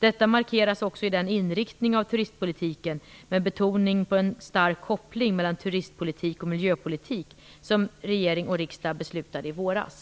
Detta markeras också i den inriktning av turistpolitiken, med betoning på en stark koppling mellan turistpolitik och miljöpolitik, som regering och riksdag beslutade i våras.